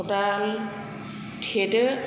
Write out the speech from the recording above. खदाल थेदो